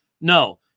No